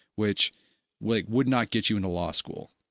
which like would not get you into law school.